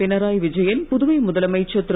பினராய் விஜயன் புதுவை முதலமைச்சர் திரு